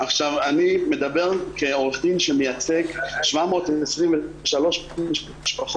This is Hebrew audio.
אני מדבר כעורך דין שמייצג 723 משפחות